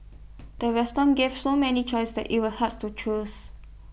the restaurant gave so many choices that IT was hard to choose